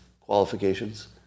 qualifications